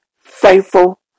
faithful